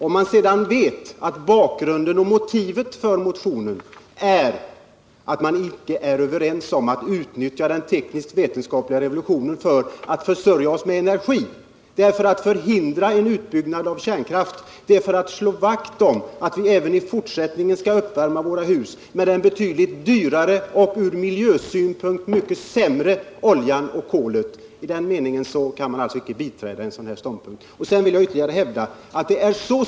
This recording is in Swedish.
Om man sedan vet att bakgrunden och motivet för motionen är att man icke är villig att utnyttja den teknisk-vetenskapliga revolutionen för att försörja oss med energi, är det lätt att ta avstånd från motionskravet. Motivet är att förhindra en utbyggnad av kärnkraften och att slå vakt om att vi även i fortsättningen skall värma upp våra hus med de betydligt dyrare och från miljösynpunkt mycket sämre bränslena olja och kol. Därför kan man icke biträda denna ståndpunkt.